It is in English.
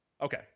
Okay